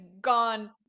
gone